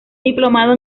diplomado